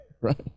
right